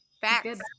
Facts